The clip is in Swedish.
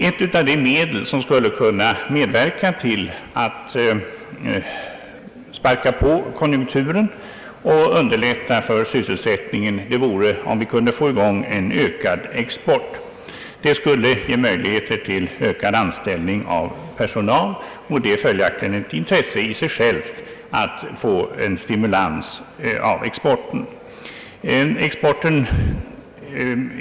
Ett av de medel som skulle kunna medverka till att >sparka på» konjunkturen och underlätta för sysselsättningen vore att få i gång en ökad export. Det skulle ge möjligheter till nyanställning av personal, och det är följaktligen ett intresse i sig självt att få till stånd en stimulans av exporten.